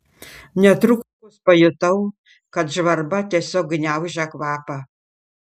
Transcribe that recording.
netrukus pajutau kad žvarba tiesiog gniaužia kvapą